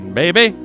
baby